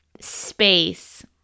space